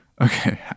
Okay